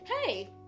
hey